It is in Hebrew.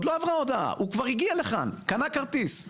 הוא כבר הגיע לכאן, קנה כרטיס.